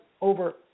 over